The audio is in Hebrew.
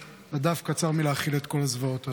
והדף קצר מלהכיל את כל הזוועות הללו.